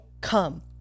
come